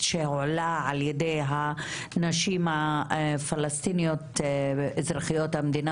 שהועלה על ידי הנשים הפלסטיניות אזרחיות המדינה